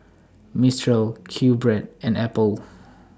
Mistral QBread and Apple